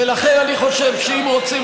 ולכן אני חושב שאם רוצים,